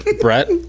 Brett